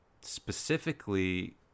specifically